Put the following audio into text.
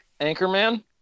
Anchorman